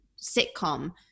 sitcom